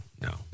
no